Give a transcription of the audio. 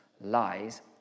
lies